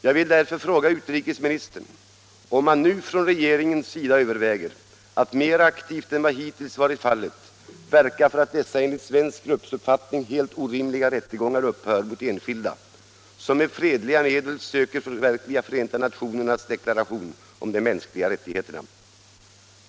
Jag vill därför fråga utrikesministern, om man nu från regeringens sida överväger att mera aktivt än vad hittills varit fallet verka för att dessa enligt svensk rättsuppfattning helt orimliga rättegångar upphör mot enskilda, som med fredliga medel söker förverkliga FN:s deklaration om de mänskliga rättigheterna.